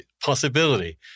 possibility